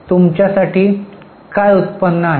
तुमच्यासाठी काय उत्पन्न आहे